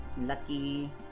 Lucky